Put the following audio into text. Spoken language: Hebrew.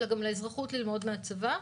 אלא גם לאזרחות ללמוד מהצבא.